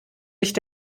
nicht